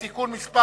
(תיקון מס'